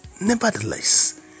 Nevertheless